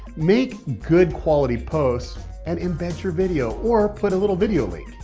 make good, quality posts and embed you video, or put a little video link.